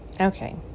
Okay